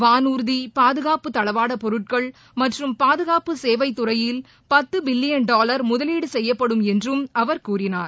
வானுர்தி பாதுகாப்பு தளவாட பொருட்கள் மற்றும் பாதுகாப்பு சேவை துறையில் பத்து பில்லியன் டாலர் முதலீடு செய்யப்படும் என்றும் அவர் கூறினார்